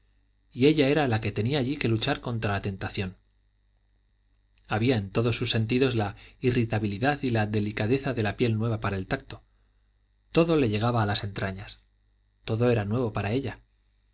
y ella era la que tenía allí que luchar contra la tentación había en todos sus sentidos la irritabilidad y la delicadeza de la piel nueva para el tacto todo le llegaba a las entrañas todo era nuevo para ella